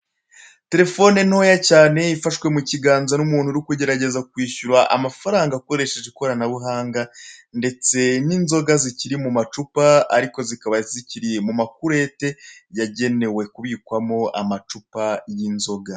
Telefone ntoya cyane ifashwe mu kiganza n'umuntu uri kugerageza kwishyura amafaranga akoresheje ikoranabuhanga ndetse n'inzoga zikiri mu macupa ariko zikaba zikiri makurete yagenewe kubikwamo amacupa y'inzoga.